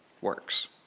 works